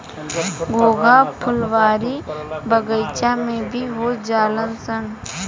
घोंघा फुलवारी बगइचा में भी हो जालनसन